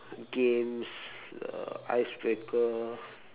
games the ice breaker